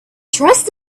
trust